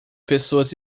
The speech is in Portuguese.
pessoas